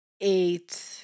eight